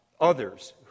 others